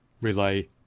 relay